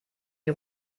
die